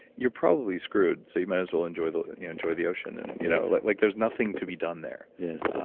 you're probably screwed, so you might as well enjoy the you know enjoy the ocean. and you know like there's nothing to be done there yes,